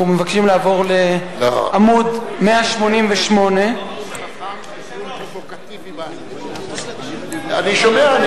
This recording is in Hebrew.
מבקשים לעבור לעמוד 188. אני שומע,